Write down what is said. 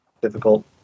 difficult